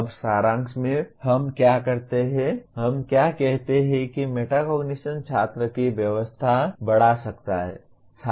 अब सारांश में हम क्या करते हैं हम क्या कहते हैं कि मेटाकॉग्निशन छात्र की व्यस्तता बढ़ा सकता है